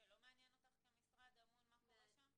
יפה, לא מעניין אותך כמשרד אמון מה קורה שם?